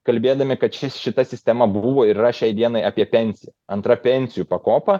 kalbėdami kad šis šita sistema buvo ir yra šiai dienai apie pensiją antra pensijų pakopa